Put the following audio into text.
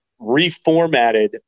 reformatted